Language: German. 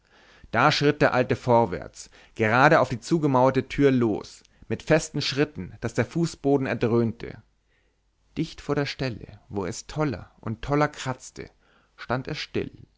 da schritt der alte vorwärts gerade auf die zugemauerte tür los mit festen tritten daß der fußboden erdröhnte dicht vor der stelle wo es toller und toller kratzte stand er still